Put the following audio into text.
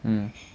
mm